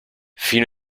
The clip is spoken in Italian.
fino